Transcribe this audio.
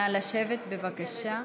נא לשבת, בבקשה.